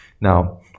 now